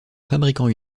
fabricant